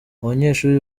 abanyeshuri